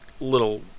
little